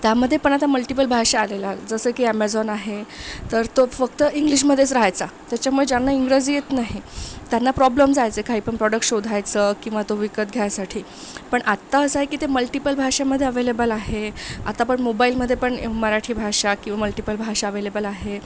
त्यामध्ये पण आता मल्टिपल भाषा आलेलं जसं की ॲमेझॉन आहे तर तो फक्त इंग्लिशमध्येच राहायचा त्याच्यामुळे ज्यांना इंग्रजी येत नाही त्यांना प्रॉब्लेम जायचे काही पण प्रॉडक्ट शोधायचं किंवा तो विकत घ्यायसाठी पण आत्ता असं आहे की ते मल्टिपल भाषेमध्ये अव्हेलेबल आहे आता पण मोबाईलमध्ये पण मराठी भाषा किंवा मल्टिपल भाषा अव्हेलेबल आहेत